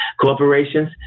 Corporations